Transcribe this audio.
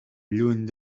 lluny